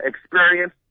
experience